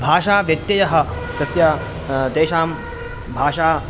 भाषाव्यत्ययः तस्य तेषां भाषा